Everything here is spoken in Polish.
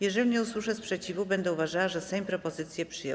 Jeżeli nie usłyszę sprzeciwu, będę uważała, że Sejm propozycję przyjął.